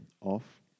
off